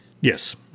Yes